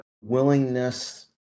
willingness